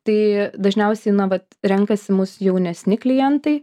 tai dažniausiai na vat renkasi mus jaunesni klientai